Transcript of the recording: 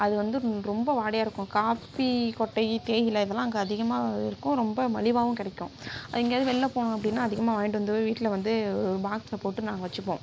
அது வந்து ரொம்ப வாடையாக இருக்கும் காப்பி கொட்டை தேயிலை இதலாம் அங்கே அதிகமாக இருக்கும் ரொம்ப மலிவாகவும் கிடைக்கும் எங்கேயாது வெளில போகணும் அப்படினா அதிகமாக வாய்ன்டு வந்து வீட்டில் வந்து ஒரு பாக்ஸில் போட்டு நாங்கள் வச்சுப்போம்